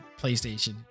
PlayStation